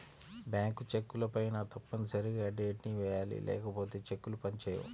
bank చెక్కులపైన తప్పనిసరిగా date ని వెయ్యాలి లేకపోతే చెక్కులు పని చేయవు